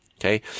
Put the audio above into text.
okay